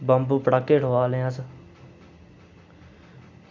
बंब पटाखो ठोआलने अस